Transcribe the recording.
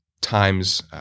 times